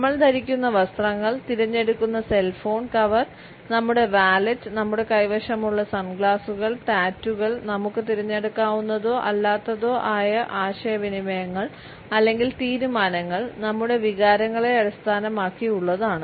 നമ്മൾ ധരിക്കുന്ന വസ്ത്രങ്ങൾ തിരഞ്ഞെടുക്കുന്ന സെൽഫോൺ കവർ നമ്മുടെ വാലറ്റ് നമ്മുടെ കൈവശമുള്ള സൺഗ്ലാസുകൾ ടാറ്റൂകൾ നമുക്ക് തിരഞ്ഞെടുക്കാവുന്നതോ അല്ലാത്തതോ ആയ ആശയവിനിമയങ്ങൾ അല്ലെങ്കിൽ തീരുമാനങ്ങൾ നമ്മുടെ വികാരങ്ങളെ അടിസ്ഥാനമാക്കിയുള്ളതാണ്